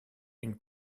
une